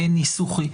ניסוחי.